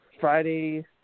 Friday